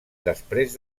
després